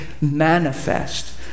manifest